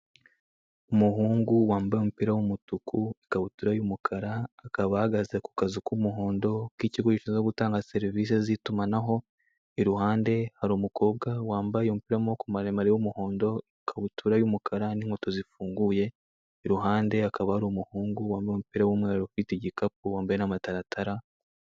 Umuhungu wambaye umupira w'umutuku, ikabutura y'umukara, akaba ahagaze ku kazu k'umuhondo k'ikigo gishinzwe gutanga serivisi z'itumanaho. Iruhande hari umukobwa wambaye umupira w'amaboko maremare w'umuhondo, ikabutura y'umukara n'inkweto zifunguye. Iruhande hakaba hari umuhungu wambaye umupira w'umweruz ufite igikapu wambaye n'amataratara.